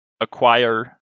acquire